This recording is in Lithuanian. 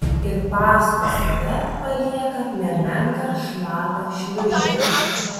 ir paskui save palieka nemenką šlapią šliūžę